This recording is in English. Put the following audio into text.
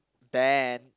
banned